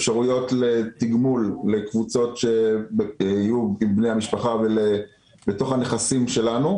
אפשרויות לתגמול לקבוצות שיהיו עם בני המשפחה בתוך הנכסים שלנו,